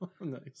nice